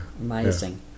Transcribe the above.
amazing